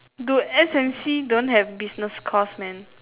dude S_M_C don't have business course man